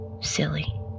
Silly